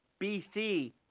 BC